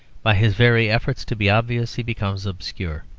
by his very efforts to be obvious he becomes obscure.